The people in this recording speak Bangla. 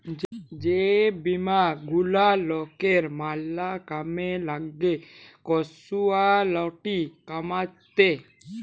যে বীমা গুলা লকের ম্যালা কামে লাগ্যে ক্যাসুয়ালটি কমাত্যে